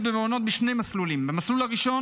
במעונות בשני מסלולים: במסלול הראשון,